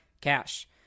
cash